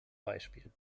beispiel